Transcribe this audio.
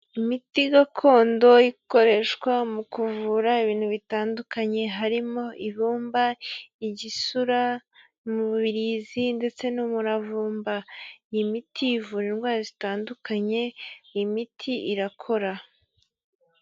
Imiti gakondo ikoreshwa mu kuvura ibintu bitandukanye harimo ibumba, igisura, umubirizi ndetse n'umuravumba, iyi miti ivura indwara zitandukanye imiti irakora.